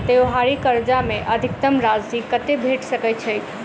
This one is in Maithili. त्योहारी कर्जा मे अधिकतम राशि कत्ते भेट सकय छई?